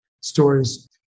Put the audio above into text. stories